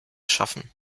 schaffen